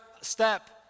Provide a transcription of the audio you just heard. step